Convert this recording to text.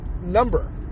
number